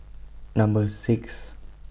Number six